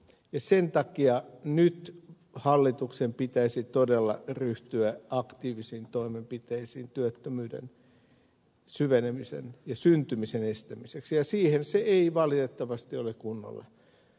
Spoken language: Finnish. sen takia nyt hallituksen pitäisi todella ryhtyä aktiivisiin toimenpiteisiin työttömyyden syvenemisen ja syntymisen estämiseksi siihen se ei valitettavasti ole kunnolla ryhtynyt